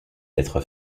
d’être